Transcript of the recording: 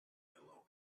yellow